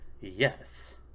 yes